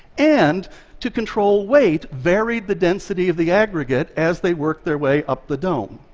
and to control weight, varied the density of the aggregate as they worked their way up the dome.